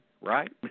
Right